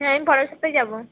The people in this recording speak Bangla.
হ্যাঁ আমি পরের সপ্তাহে যাব